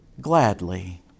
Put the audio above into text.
gladly